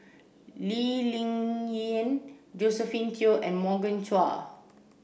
Lee Ling Yen Josephine Teo and Morgan Chua